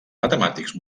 matemàtics